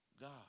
God